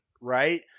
right